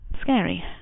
Scary